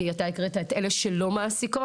כי אתה הקראת את אלה שלא מעסיקות,